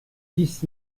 dix